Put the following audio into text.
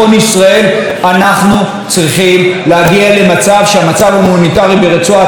אנחנו צריכים להגיע למצב שהמצב ההומניטרי ברצועת עזה ישתפר.